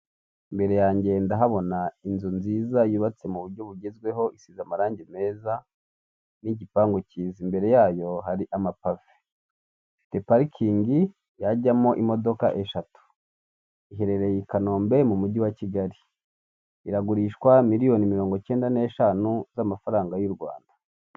Imbere yanjye ndahabona inzu nziza yubatse mu buryo bugezweho isize amarangi meza n'igipangu cyiza, imbere yayo hari amapave, ifite parikingi yajyamo imodoka eshatu iherereye, i Kanombe mu mujyi wa Kigali. iragurishwa miliyoni mirongo icyenda n'eshantu z'amafaranga y'u Rwanda.